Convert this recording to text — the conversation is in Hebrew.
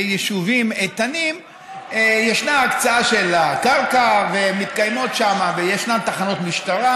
ביישובים איתנים ישנה הקצאה של הקרקע ומתקיימות שם וישנן תחנות משטרה,